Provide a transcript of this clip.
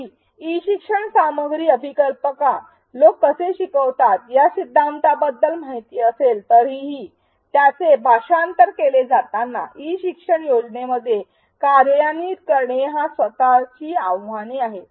जरी ई शिक्षण सामग्री अभिकल्पकाला लोक कसे शिकतात या सिद्धांताबद्दल माहिती असेल तरीही त्याचे भाषांतर केले जाताना ई शिक्षण योजनेमध्ये कार्यान्वित करणे ही स्वतःची आव्हाने असतात